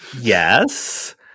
yes